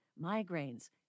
migraines